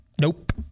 Nope